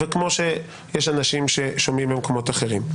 וכמו שיש אנשים ששומעים במקומות אחרים.